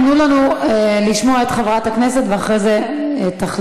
תנו לנו לשמוע את חברת הכנסת ואחרי זה תחליטו.